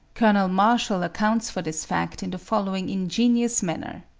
colonel marshall accounts for this fact in the following ingenious manner.